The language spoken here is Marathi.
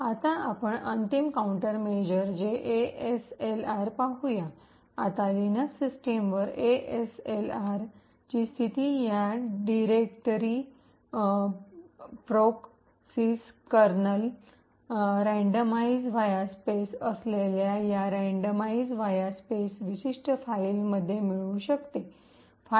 आता आपण अंतिम काऊंटरमेजर जे एएसएलआर पाहूया आता लिनक्स सिस्टीमवर एएसएलआर ची स्थिती या directory proc sys kernel directoryprocsys kernel यादृच्छिक व्हाया स्पेसमध्ये randomize va space असलेल्या या यादृच्छिक वा स्पेसपासून randomize va space विशिष्ट फाईल मध्ये मिळू शकते